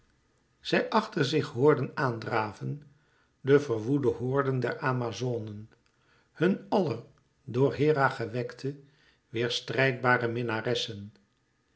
zij achter zich hoorden aan draven de verwoede horden der amazonen hun aller door hera gewekte weêr strijdbare minnaressen